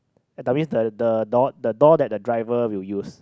I mean the the door the door that the driver will use